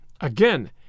Again